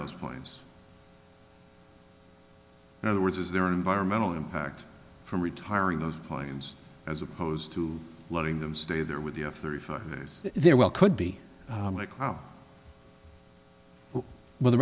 those planes in other words is there an environmental impact from retiring of planes as opposed to letting them stay there with the f thirty five there well could be like now well the